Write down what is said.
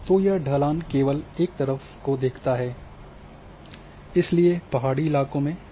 तो यह ढलान के केवल एक तरफ को देखता हैं इसलिए पहाड़ी इलाकों में समस्या है